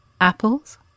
apples